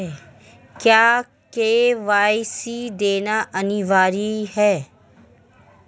क्या के.वाई.सी देना अनिवार्य है?